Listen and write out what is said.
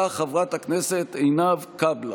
באה חברת הכנסת עינב קאבלה,